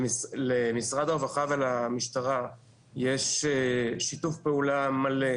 למשרד הרווחה ולמשטרה יש שיתוף פעולה מלא.